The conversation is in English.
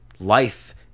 Life